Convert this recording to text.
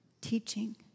teaching